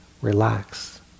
relax